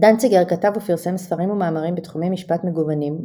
דנציגר כתב ופרסם ספרים ומאמרים בתחומי משפט מגוונים,